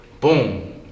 boom